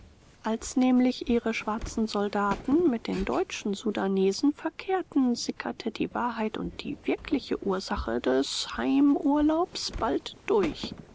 als nämlich ihre schwarzen soldaten mit den deutschen sudanesen verkehrten sickerte die wahrheit und die wirkliche ursache des heimurlaubs bald durch